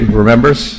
remembers